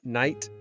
night